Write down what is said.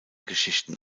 geschichten